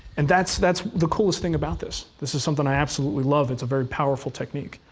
and that's that's the coolest thing about this. this is something i absolutely love. it's a very powerful technique.